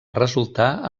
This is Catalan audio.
resultar